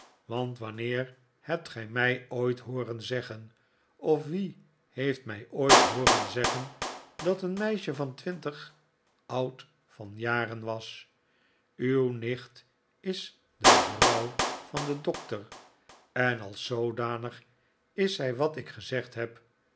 want wanneer hebt gij mij ooit hooren zeggen of wie heeft mij ooit hooren zeggen dat een meisje van twintig oud van jaren was uw nicht is de vrouw van den doctor en als zoodanig is zij wat ik gezegd heb